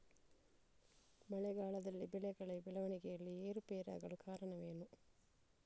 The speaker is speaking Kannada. ಮಳೆಗಾಲದಲ್ಲಿ ಬೆಳೆಗಳ ಬೆಳವಣಿಗೆಯಲ್ಲಿ ಏರುಪೇರಾಗಲು ಕಾರಣವೇನು?